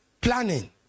planning